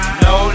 no